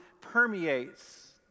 permeates